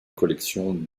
collection